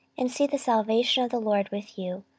and see the salvation of the lord with you,